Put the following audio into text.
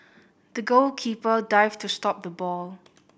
the goalkeeper dived to stop the ball